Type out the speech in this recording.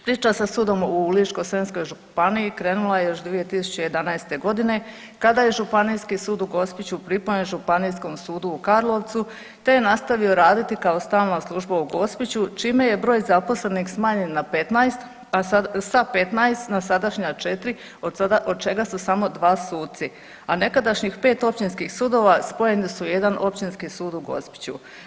Priča sa sudom u Ličko-senjskoj županiji krenula je još 2011. godine kada je Županijski sud u Gospiću pripojen Županijskom sudu u Karlovcu te je nastavio raditi kao stalna služba u Gospiću čime je broj zaposlenih smanjen na 15, sa 15 na sadašnja 4 od čega su samo 2 suci, a nekadašnjih 5 općinskih sudova spojeni su u jedan Općinski sud u Gospiću.